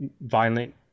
violent